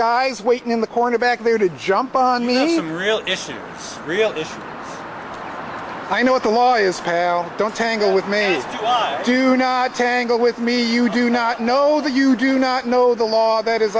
guys waiting in the corner back there to jump on medium real issues real if i know what the law is pal don't tangle with me do not tangle with me you do not know that you do not know the law that is